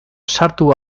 sartu